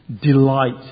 delight